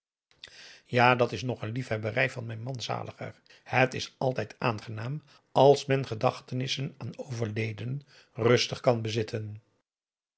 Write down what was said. ja dat is nog een liefhebberij van mijn man zaliger het is altijd aangenaam als men gedachtenissen aan overledenen rustig kan bezitten